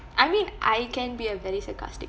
I mean I can be a very sarcastic